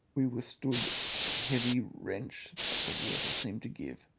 we withstood the heavy wrench that the water seemed to give,